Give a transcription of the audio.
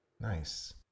nice